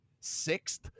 sixth